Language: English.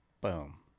Boom